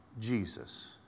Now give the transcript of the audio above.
Jesus